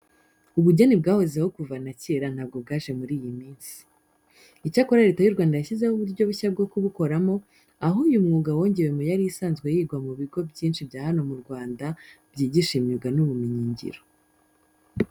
Ubugeni bwahozeho kuva na kera ntabwo bwaje muri iyi minsi. Icyakora Leta y'u Rwanda yashyizeho uburyo bushya bwo kubukoramo, aho uyu mwuga wongewe mu yari isanzwe yigwa mu bigo byinshi bya hano mu Rwanda byigisha imyuga n'ubumenyingiro.